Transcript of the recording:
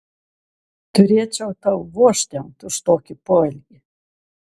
turėčiau tau vožtelt už tokį poelgį